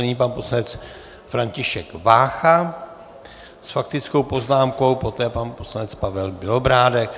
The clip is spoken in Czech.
Nyní pan poslanec František Vácha s faktickou poznámkou, poté pan poslanec Pavel Bělobrádek.